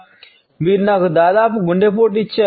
ఓరి దేవుడా మీరు నాకు దాదాపు గుండెపోటు ఇచ్చారు